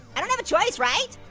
i don't have a choice, right?